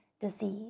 disease